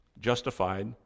Justified